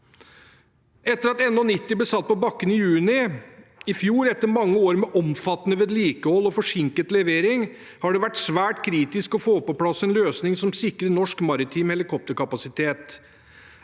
Etter at NH90 ble satt på bakken i juni i fjor, etter mange år med omfattende vedlikehold og forsinket levering, har det vært svært kritisk å få på plass en løsning som sikrer norsk maritim helikopterkapasitet.